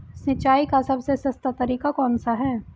सिंचाई का सबसे सस्ता तरीका कौन सा है?